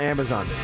Amazon